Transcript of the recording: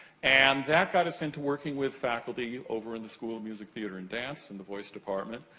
and that got us into working with faculty over in the school of music, theater, and dance, in the voice department.